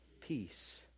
Peace